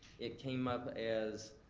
it came up as,